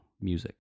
music